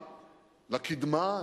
לקידמה,